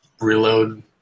reload